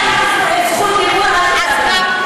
את לא בזכות הדיבור, אל תדברי.